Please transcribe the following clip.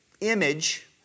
image